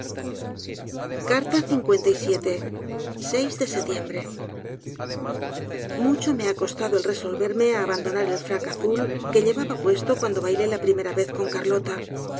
conozco de setiembre mucho me ha costado el resolverme á abandonar el frac azul que llevaba puesto cuando bailé la primera vez con carlota